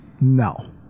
No